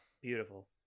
beautiful